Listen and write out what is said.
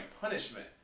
punishment